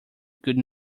could